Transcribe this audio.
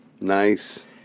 Nice